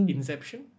Inception